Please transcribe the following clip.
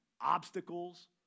obstacles